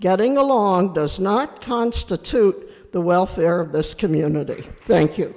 getting along does not constitute the welfare of this community thank you